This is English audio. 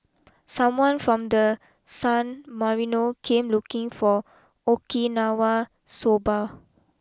someone from the San Marino came looking for Okinawa Soba